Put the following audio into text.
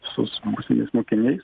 su su būsimais mokiniais